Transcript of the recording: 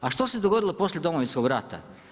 A što se dogodilo poslije Domovinskog rata?